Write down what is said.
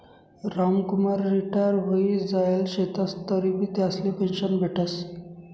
Ramkumar retire व्हयी जायेल शेतंस तरीबी त्यासले पेंशन भेटस